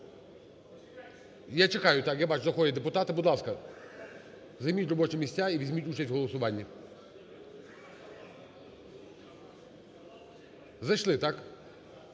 Я чекаю, так, я бачу заходять депутати. Будь ласка, займіть робочі місця і візьміть участь в голосуванні. Зайшли, так?